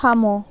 থামো